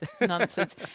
Nonsense